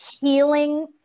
Healing